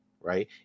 right